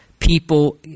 people